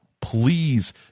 please